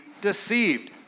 deceived